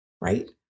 right